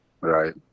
Right